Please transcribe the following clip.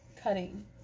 cutting